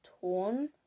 torn